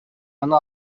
аны